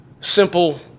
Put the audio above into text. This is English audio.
Simple